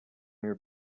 your